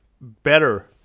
better